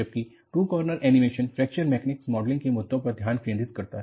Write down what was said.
जबकि two corner animation fracture mechanics modelling के मुद्दों पर ध्यान केंद्रित करता है